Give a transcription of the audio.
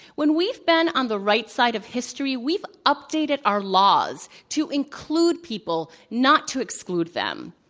when we've been on the right side of history, we've updated our laws to include people, not to exclude them.